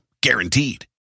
guaranteed